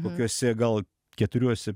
kokiuose gal keturiuose